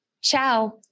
Ciao